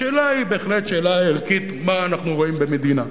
השאלה היא בהחלט שאלה ערכית: מה אנחנו רואים במדינה.